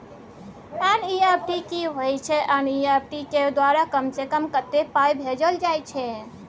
NEFT की होय छै एन.ई.एफ.टी के द्वारा कम से कम कत्ते पाई भेजल जाय छै?